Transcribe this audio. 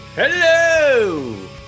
hello